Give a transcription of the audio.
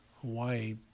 Hawaii